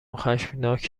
خشمناک